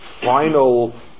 final